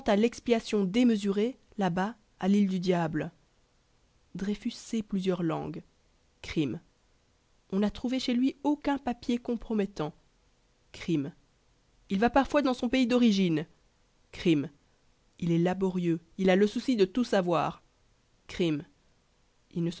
à l'expiation démesurée là-bas à l'île du diable dreyfus sait plusieurs langues crime on n'a trouvé chez lui aucun papier compromettant crime il va parfois dans son pays d'origine crime il est laborieux il a le souci de tout savoir crime il ne